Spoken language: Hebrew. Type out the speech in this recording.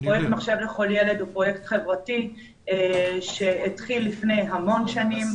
פרויקט מחשב לכל ילד הוא פרויקט חברתי שהתחיל לפני המון שנים.